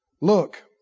look